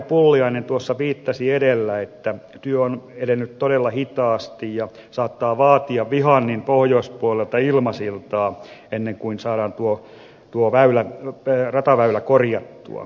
pulliainen tuossa viittasi edellä että työ on edennyt todella hitaasti ja saattaa vaatia vihannin pohjoispuolelta ilmasiltaa ennen kuin saadaan tuo rataväylä korjattua